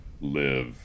live